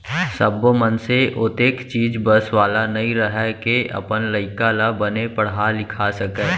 सब्बो मनसे ओतेख चीज बस वाला नइ रहय के अपन लइका ल बने पड़हा लिखा सकय